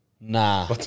Nah